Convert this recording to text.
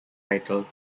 title